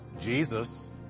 Jesus